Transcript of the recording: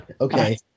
Okay